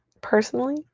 personally